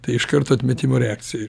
tai iš karto atmetimo reakcija